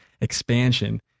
expansion